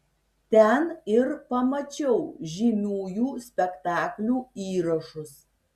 ten ir pamačiau žymiųjų spektaklių įrašus